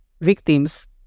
victims